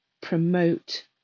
promote